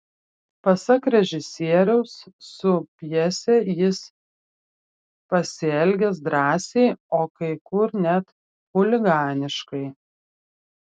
pasak režisieriaus su pjese jis pasielgęs drąsiai o kai kur net chuliganiškai